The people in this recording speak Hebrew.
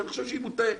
שאני חושב שהיא מוטעית,